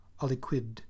aliquid